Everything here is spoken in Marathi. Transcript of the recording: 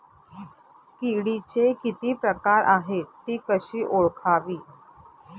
किडीचे किती प्रकार आहेत? ति कशी ओळखावी?